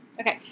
Okay